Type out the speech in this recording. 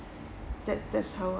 that that's how